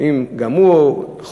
שאם גם הוא חולה,